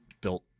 built